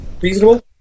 reasonable